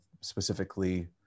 specifically